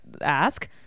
ask